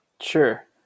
Sure